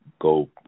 go